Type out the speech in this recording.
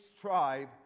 tribe